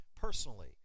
personally